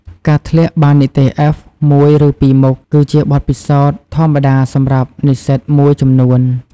ការធ្លាក់បាននិទ្ទេស (F) មួយ ឬពីរមុខ គឺជាបទពិសោធន៍ធម្មតាសម្រាប់និស្សិតមួយចំនួន។